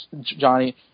Johnny